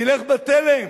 תלך בתלם,